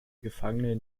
gefangene